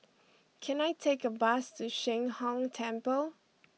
can I take a bus to Sheng Hong Temple